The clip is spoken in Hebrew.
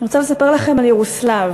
רוצה לספר לכם על ירוסלב,